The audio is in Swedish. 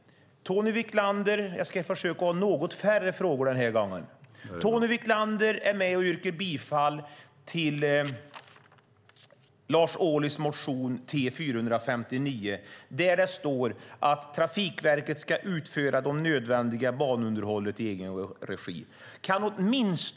Tony Wiklander, jag ska försöka ställa något färre frågor den här gången. Tony Wiklander yrkar bifall till Lars Ohlys motion T459 där det står att Trafikverket ska utföra det nödvändiga banunderhållet i egen regi.